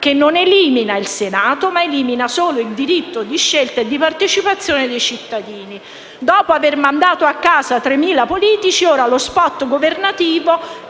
che non elimina il Senato ma elimina solo il diritto di scelta e di partecipazione dei cittadini. Dopo aver mandato a casa 3.000 politici ora lo *spot* governativo